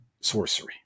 sorcery